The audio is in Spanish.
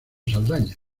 saldaña